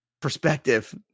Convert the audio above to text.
Perspective